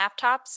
laptops